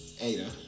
Ada